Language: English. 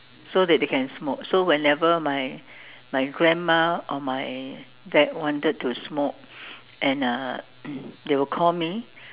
so that they can smoke so whenever my my grandma or my dad wanted to smoke and uh they will call me